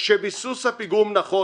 כשביסוס הפיגום נכון,